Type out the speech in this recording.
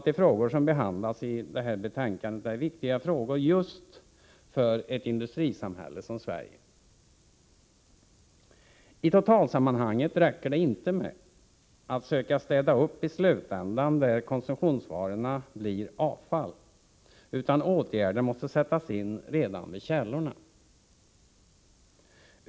De frågor som behandlas i detta betänkande är betydelsefulla just för ett industrisamhälle som Sverige. I det totala sammanhanget räcker det inte med att söka städa upp i slutändan när konsumtionsvarorna har blivit till avfall, utan åtgärder måste sättas in redan vid källorna.